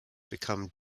become